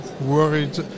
worried